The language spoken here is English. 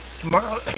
Tomorrow